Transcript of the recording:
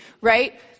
right